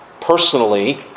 personally